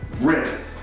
ready